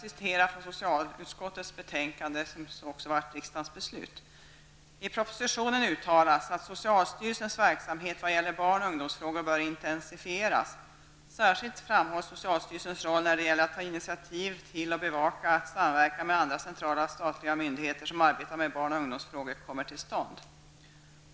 I socialutskottets betänkande, enligt vilket riksdagen beslutade, sades: ''I propositionen uttalas att socialstyrelsens verksamhet vad gäller barn och ungdomsfrågor bör intensifieras. Särskilt framhålls socialstyrelsens roll när det gäller att ta initiativ till och bevaka att samverkan med andra centrala statliga myndigheter som arbetar med barn och ungdomsfrågor kommer till stånd.''